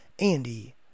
Andy